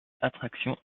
attraction